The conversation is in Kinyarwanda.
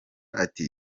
ati